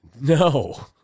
No